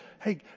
hey